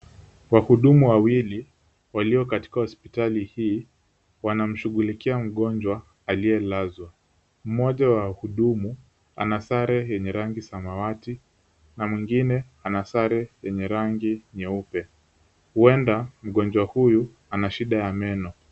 Wahudumu wawili walio katika hospitali hii, wanamshughulikia mgonjwa aliyelazwa. Mmoja wa wahudumu ana sare yenye rangi samawati na mwingine ana sare yenye rangi nyeupe huenda mgonjwa huyu ana shida ya meno.